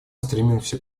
стремимся